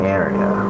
area